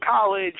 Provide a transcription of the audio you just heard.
college